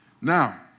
Now